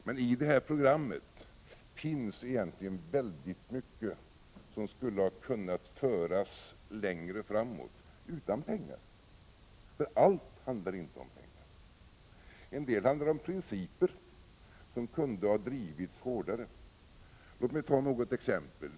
Men i programmet finns egentligen väldigt mycket som skulle ha kunnat föras längre framåt utan pengar. Allt handlar nämligen inte om pengar. En del handlar om principer som kunde ha drivits hårdare. Låt mig ta några exempel.